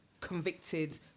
convicted